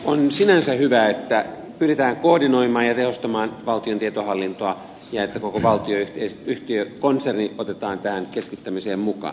on sinänsä hyvä että pyritään koordinoimaan ja tehostamaan valtion tietohallintoa ja että koko valtionyhtiökonserni otetaan tähän keskittämiseen mukaan